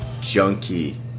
junkie